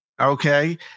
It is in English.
okay